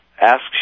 asks